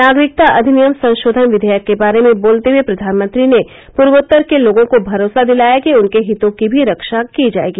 नागरिकता अधिनियम संशोधन विधेयक के बारे में बोलते हए प्रधानमंत्री ने पूर्वोत्तर के लोगों को भरोसा दिलाया कि उनके हितों की भी रक्षा की जाएगी